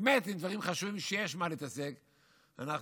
באמת בדברים חשובים שיש מה להתעסק בהם,